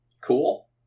Cool